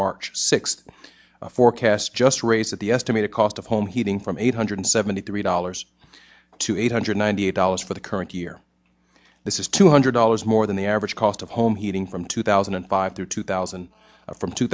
march sixth forecasts just raised at the estimated cost of home heating from eight hundred seventy three dollars to eight hundred ninety eight dollars for the current year this is two hundred dollars more than the average cost of home heating from two thousand and five to two thousand from two